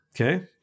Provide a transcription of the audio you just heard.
okay